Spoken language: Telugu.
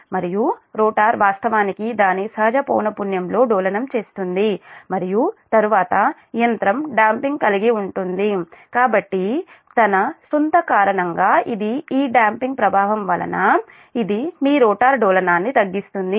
మరియు రోటర్ వాస్తవానికి దాని సహజ పౌనఃపున్యం లో డోలనం చేస్తుంది మరియు తరువాత యంత్రం డాoపింగ్ కలిగి ఉంటుంది కాబట్టి తన సొంత కారణంగా ఇది ఈ డాoపింగ్ ప్రభావం వలన ఇది మీ రోటర్ డోలనాన్ని తగ్గిస్తుంది